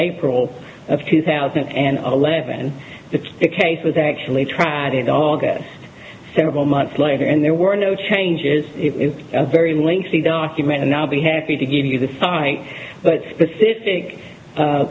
april of two thousand and eleven the case was actually tried in august several months later and there were no changes it's a very lengthy document and i'll be happy to give you the site but specific